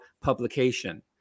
publication